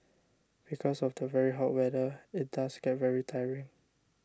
because of the very hot weather it does get very tiring